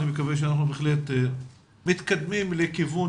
אני מקווה שאנחנו בהחלט מתקדמים לכיוון